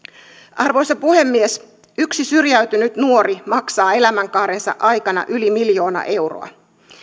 arvoisa puhemies yksi syrjäytynyt nuori maksaa elämänkaarensa aikana yli miljoona euroa